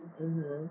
mmhmm